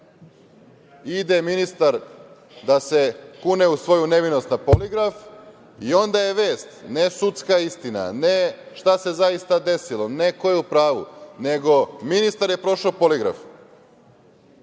ide ministar da se kune u svoju nevinost na poligraf i onda je vest, ne sudska istina, ne šta se zaista desilo, ne ko je u pravu - nego ministar je prošao poligraf. Dakle,